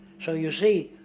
so you see,